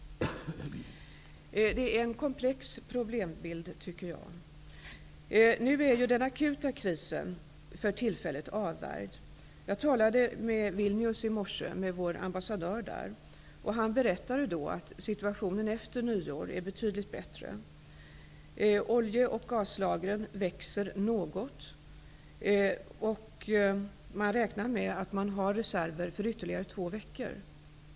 Det här är en komplex problembild. Nu är den akuta krisen avvärjd för tillfället. Jag talade i morse med vår ambassadör i Vilnius. Han berättade att situationen har blivit betydligt bättre efter nyår. Olje och gaslagren växer något. Man räknar med att man har reserver för ytterligare två veckor.